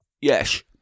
Yes